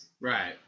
Right